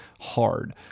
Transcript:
hard